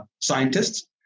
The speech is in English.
scientists